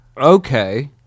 okay